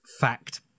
fact